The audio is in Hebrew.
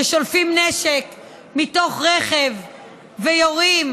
ששולפים נשק מתוך רכב ויורים,